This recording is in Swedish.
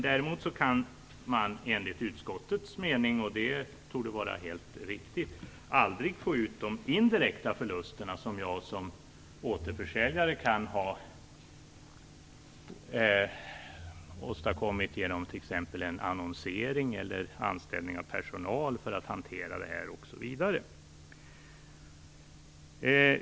Däremot kan man enligt utskottets mening, och det torde vara helt riktigt, aldrig få ut de indirekta förlusterna som jag som återförsäljare kan ha ådragit mig genom t.ex. annonsering eller anställning av personal för att hantera det här.